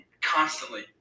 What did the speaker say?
constantly